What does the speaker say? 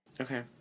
Okay